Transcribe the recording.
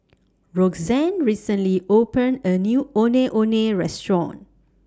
Roxann recently opened A New Ondeh Ondeh Restaurant